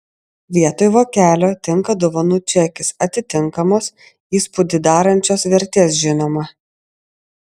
vietoj vokelio tinka dovanų čekis atitinkamos įspūdį darančios vertės žinoma